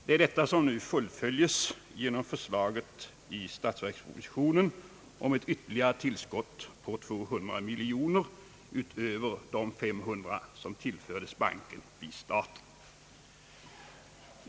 Det är detta som nu fullföljes genom förslaget i statsverkspropositionen om ett ytterligare tillskott på 200 miljoner kronor utöver de 500 miljoner kronor som tillfördes banken vid starten.